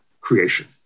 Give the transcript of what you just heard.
creation